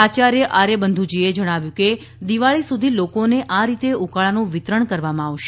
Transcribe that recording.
આયાર્થ આર્થ બંધુજીએ જણાવ્યું કે દિવાળી સુધી લોકોને આ રીતે ઉકાળાનું વિતરણ કરવામાં આવશે